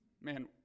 Man